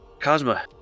Cosma